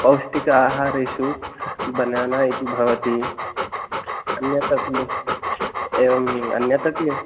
पौष्टिक आहरेषु बनाना इति भवति अन्यदपि बहु एवं अन्यदपि अस्ति